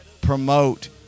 promote